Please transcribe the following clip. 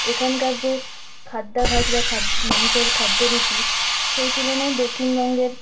এখানকার যে খাদ্যাভাস বা খাদ মানুষের খাদ্যরুচি সেই তুলনায় দক্ষিণবঙ্গের